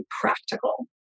practical